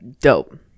Dope